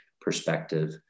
perspective